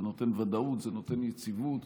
זה נותן ודאות, זה נותן יציבות.